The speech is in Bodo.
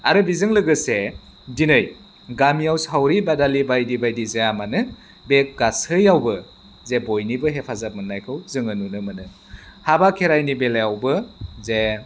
आरो बिजों लोगोसे दिनै गामियाव सावरि बादालि बायदि बायदि जायामानो बे गासैयावबो जे बयनिबो हेफाजाब मोननायखौ जोङो नुनो मोनो हाबा खेराइनि बेलायावबो जे